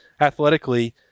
athletically